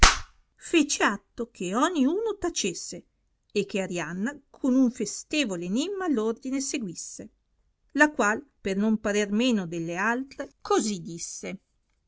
fece atto che ogni uno tacesse e che arianna con un festevole enimma l'ordine seguisse la qual per non parer meno delle altre così disse